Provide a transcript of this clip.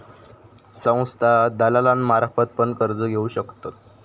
संस्था दलालांमार्फत पण कर्ज घेऊ शकतत